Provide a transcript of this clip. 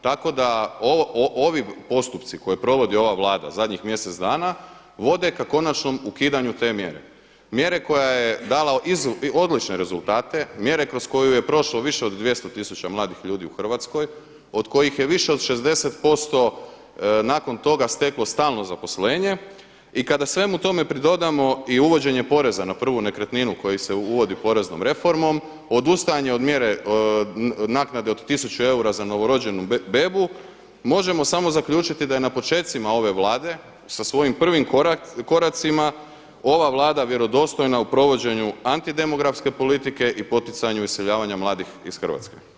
Tako da ovi postupci koje provodi ova Vlada zadnjih mjesec dana vode ka konačnom ukidanju te mjere, mjere koja je dala odlične rezultate, mjere kroz koju je prošlo više od 200 tisuća mladih ljudi u Hrvatskoj, od kojih je više od 60% nakon toga steklo stalno zaposlenje i kada svemu tome pridodamo i uvođenje poreza na prvu nekretninu koju se uvodi poreznom reformom, odustajanje od mjere, od naknade od tisuću eura za novorođenu bebu možemo samo zaključiti da je na počecima ove Vlade sa svojim prvim koracima ova Vlada vjerodostojna u provođenju antidemografske politike i poticanju iseljavanja mladih iz Hrvatske.